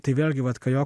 tai vėlgi vat kajoko